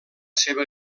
seva